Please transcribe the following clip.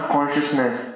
Consciousness